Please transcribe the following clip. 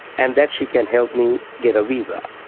and that she can help me get a visa.